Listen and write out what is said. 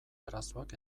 arazoak